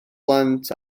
plant